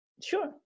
Sure